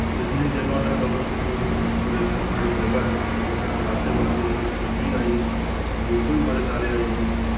जिन्नी जगह उन्नै कवर कीती उदे कुछ नुआढ़े अंदर साढ़ी जगह जमीन जित्थै अस रांह्दे बांह्दे हे किश ओह् बी आई बूह्टे बी बड़े सारे आई गे